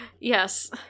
Yes